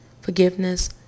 forgiveness